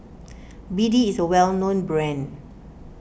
B D is a well known brand